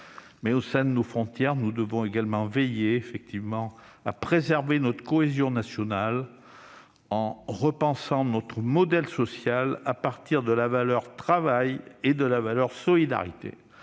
Au sein de nos frontières, nous devrons également veiller à préserver notre cohésion nationale, en repensant notre modèle social à partir de la valeur travail et de la valeur solidarité.